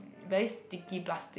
very sticky plastic